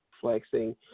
flexing